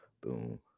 Boom